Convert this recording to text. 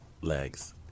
legs